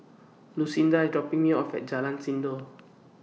Lucinda IS dropping Me off At Jalan Sindor